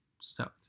stoked